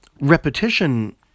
repetition